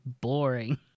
boring